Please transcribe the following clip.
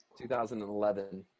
2011